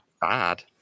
bad